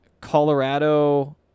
colorado